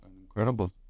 incredible